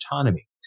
autonomy